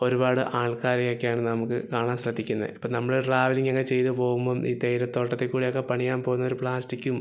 ഒരുപാട് ആൾക്കാരെ ഒക്കെയാണ് നമുക്ക് കാണാൻ സാധിക്കുന്നത് ഇപ്പോള് നമ്മള് ട്രാവലിംഗൊക്കെ ചെയ്ത് പോവുമ്പോള് ഈ തേയില തോട്ടത്തില് കൂടിയൊക്കെ പണിയാൻ പോവുന്നവര് പ്ലാസ്റ്റിക്കും